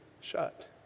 shut